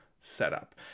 setup